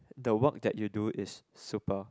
the work that you do is super